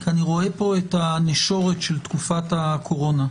פה את הנשורת של תקופת הקורונה.